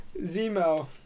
Zemo